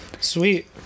Sweet